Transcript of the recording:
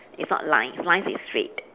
it's not line line is straight